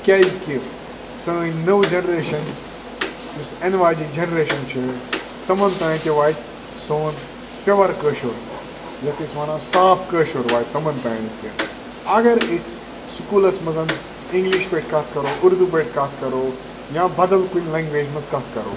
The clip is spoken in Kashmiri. کیٛازِکہِ سٲنۍ نٔو جَنریشَن یُس یِنہٕ واجن جَنریشَن چھِ تِمَن تانۍ تہِ واتہِ سون پیٛوٗوَر کٲشُر یَتھ أسۍ وَنان صاف کٲشُر واتہِ تِمَن تانٮ۪تھ تہِ اگر أسۍ سکوٗلَس منٛز اِنٛگلِش پٲٹھۍ کَتھ کَرو اُردو پٲٹھۍ کَتھ کَرو یا بدل کُنہِ لینٛگویج منٛز کَتھ کَرو